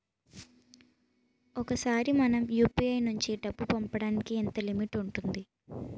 ఒకేసారి మనం యు.పి.ఐ నుంచి డబ్బు పంపడానికి ఎంత లిమిట్ ఉంటుంది?